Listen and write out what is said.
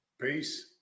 Peace